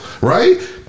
right